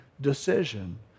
decision